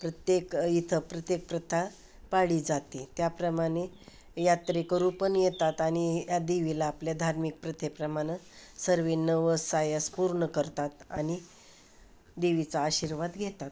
प्रत्येक इथं प्रत्येक प्रथा पाळली जाते त्याप्रमाणे यात्रेकरू पण येतात आणि या देवीला आपल्या धार्मिक प्रथेप्रमाणं सर्व नवस सायस पूर्ण करतात आणि देवीचा आशीर्वाद घेतात